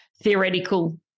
theoretical